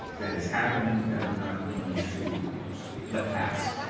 that is happening, that i'm not going to let pass.